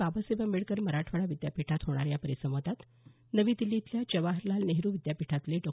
बाबासाहेब आंबेडकर मराठवाडा विद्यापीठात होणाऱ्या या परिसंवादात नवी दिल्ली इथल्या जवाहरलाल नेहरू विद्यापीठातले डॉ